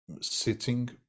sitting